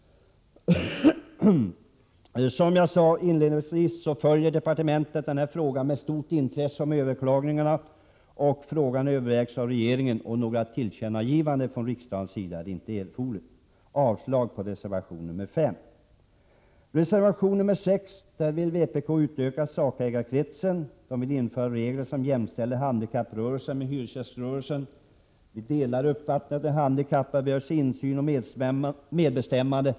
Såsom jag inledningsvis sade följer man inom departementet frågan om överklagningarna med stort intresse. Frågan övervägs således av regeringen, varför några tillkännagivanden från riksdagens sida inte är erforderliga. Jag yrkar avslag på reservation 5. I reservation 6 vill vpk utöka sakägarkretsen. Partiet vill införa regler som jämställer handikapprörelsen med hyresgäströrelsen. Vi delar uppfattningen att de handikappade bör ges insyn och medbestämmande.